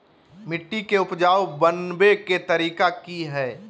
मिट्टी के उपजाऊ बनबे के तरिका की हेय?